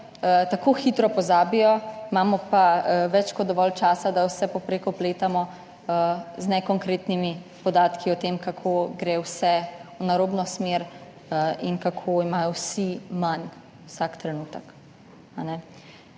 tako hitro pozabijo. Imamo pa več kot dovolj časa, da vse povprek opletamo z nekonkretnimi podatki o tem, kako gre vse v napačno smer in kako imajo vsi manj vsak trenutek.